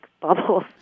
bubbles